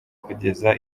kugeza